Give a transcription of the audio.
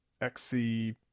XC